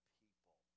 people